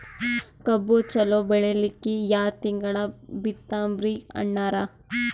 ಕಬ್ಬು ಚಲೋ ಬೆಳಿಲಿಕ್ಕಿ ಯಾ ತಿಂಗಳ ಬಿತ್ತಮ್ರೀ ಅಣ್ಣಾರ?